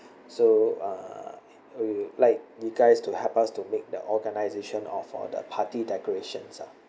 so uh we would like you guys to help us to make the organization of for the party decorations lah